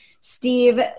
Steve